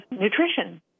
nutrition